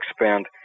expand